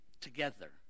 together